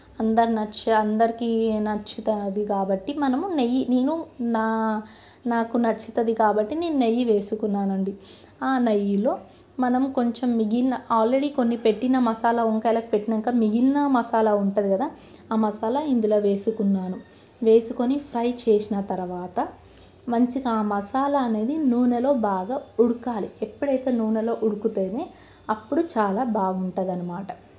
అందరు నచ్చ అందరికీ నచ్చుతుంది కాబట్టి మనము నెయ్యి నేను నా నాకు నచ్చుతుంది కాబట్టి నేను నెయ్యి వేసుకున్నాను అండి ఆ నెయ్యిలో మనం కొంచెం మిగిలిన ఆల్రెడీ కొన్ని పెట్టిన మసాలా వంకాయలకు పెట్టాక మిగిలిన మసాలా ఉంటుంది కదా ఆ మసాలా ఇందులో వేసుకున్నాను వేసుకొని ఫ్రై చేసిన తరువాత మంచిగా ఆ మసాలా అనేది నూనెలో బాగా ఉడకాలి ఎప్పుడైతే నూనెలో ఉడుకుతేనే అప్పుడు చాలా బాగుంటదన్నమాట